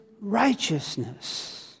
righteousness